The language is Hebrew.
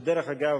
ודרך אגב,